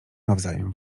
nawzajem